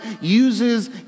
uses